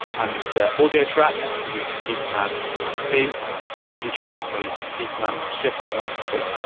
um insert audio track, we'll use the key command command t, or, insert midi track, by using the key command, shift command t.